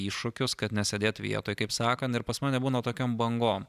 iššūkius kad nesėdėt vietoj kaip sakant ir pas mane būna tokiom bangom